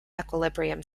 equilibrium